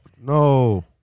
No